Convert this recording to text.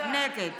נגד